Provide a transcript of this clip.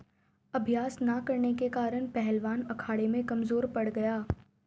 अभ्यास न करने के कारण पहलवान अखाड़े में कमजोर पड़ गया